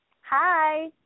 Hi